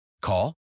Call